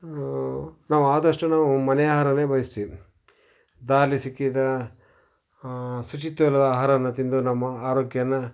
ನಾವು ಆದಷ್ಟು ನಾವು ಮನೆ ಆಹಾರನೇ ಬಯಸ್ತೀವಿ ದಾರೀಲಿ ಸಿಕ್ಕಿದ ಶುಚಿತ್ವ ಇಲ್ಲದ ಆಹಾರವನ್ನ ತಿಂದು ನಮ್ಮ ಆರೋಗ್ಯನ್ನ